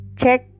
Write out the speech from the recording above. check